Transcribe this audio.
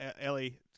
Ellie